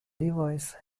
device